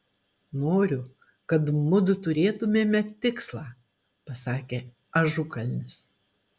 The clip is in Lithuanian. noriu kad mudu turėtumėme tikslą pasakė ažukalnis